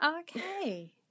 Okay